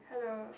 hello